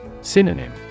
Synonym